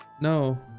No